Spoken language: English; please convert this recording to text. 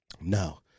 No